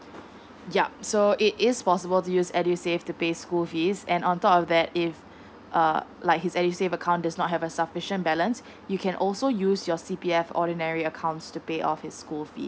yup so it is possible to use edusave to pay school fees and on top of that if uh like his edusave account does not have a sufficient balance you can also use your C P F ordinary accounts to pay off his school fees